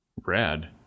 Brad